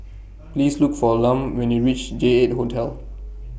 Please Look For Lum when YOU REACH J eight Hotel